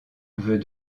veut